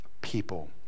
people